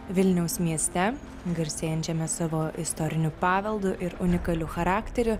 vilniaus mieste garsėjančiame savo istoriniu paveldu ir unikaliu charakteriu